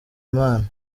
imana